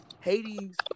Hades